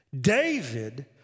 David